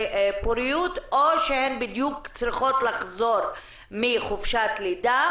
פוריות או שבדיוק צריכות לחזור מחופשת לידה.